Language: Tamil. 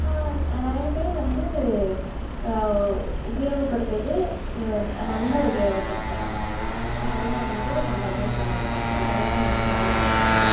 நிறைய பேர் வந்து உபயோகப்படுத்துகிறது நல்லா உபயோகப்படுத்துகிறாங்க அதெல்லாம் வந்து நம்ம எதுவும் சொல்லக்கூடாது அதெல்லாம் வந்து நல்ல விஷயம் தான்